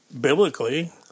biblically